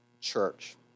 Church